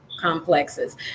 complexes